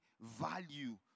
value